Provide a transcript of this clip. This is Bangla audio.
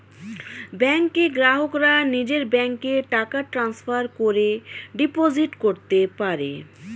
ব্যাংকের গ্রাহকরা নিজের ব্যাংকে টাকা ট্রান্সফার করে ডিপোজিট করতে পারে